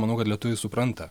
manau kad lietuviai supranta